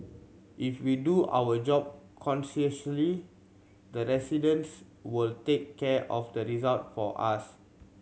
if we do our job conscientiously the residents will take care of the result for us